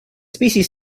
species